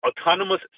autonomous